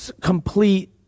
complete